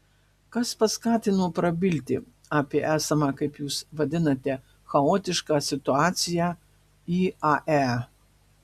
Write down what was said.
kas paskatino prabilti apie esamą kaip jūs vadinate chaotišką situaciją iae